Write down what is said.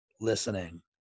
listening